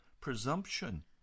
presumption